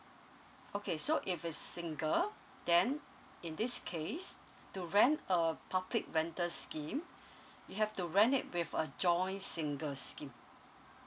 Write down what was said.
okay so if it's single then in this case to rent a public rental scheme you have to rent it with a joint single scheme